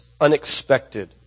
unexpected